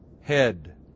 head